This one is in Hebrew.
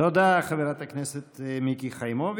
תודה לחברת הכנסת מיקי חיימוביץ'.